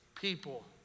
people